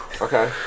Okay